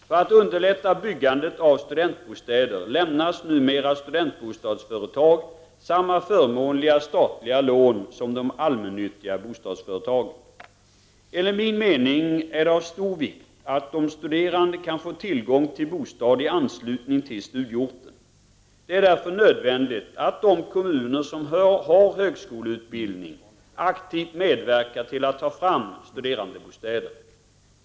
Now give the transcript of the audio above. För att underlätta byggandet av studentbostäder lämnas numera studentbostadsföretag samma förmånliga statliga lån som de allmännyttiga bostadsföretagen. Enligt min mening är det av stor vikt att de studerande kan få tillgång till bostad i anslutning till studieorten. Det är därför nödvändigt att de kommuner som har högskoleutbildning aktivt medverkar till att ta fram studerandebostäder.